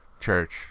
church